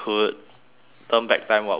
turn back time what would you change